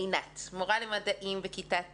עינת, מורה למדעים בכיתה ט',